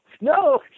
no